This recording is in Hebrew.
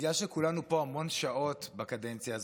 בגלל שכולנו פה המון שעות בקדנציה הזאת,